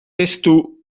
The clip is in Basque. testu